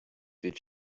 did